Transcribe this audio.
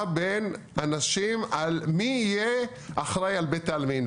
בין אנשים על מי יהיה אחראי על בית העלמין?